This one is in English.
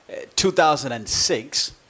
2006